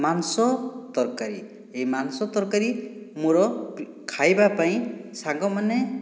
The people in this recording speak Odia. ମାଂସ ତରକାରୀ ଏଇ ମାଂସ ତରକାରୀ ମୋ'ର ଖାଇବା ପାଇଁ ସାଙ୍ଗମାନେ